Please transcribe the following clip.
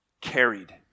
carried